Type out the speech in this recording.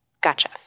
Gotcha